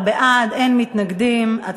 19 בעד, אין מתנגדים, אין נמנעים.